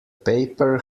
paper